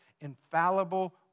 infallible